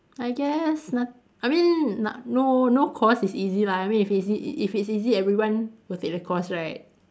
I guess not~ I mean not~ no no course is easy lah I mean if easy it's easy everyone would take the course right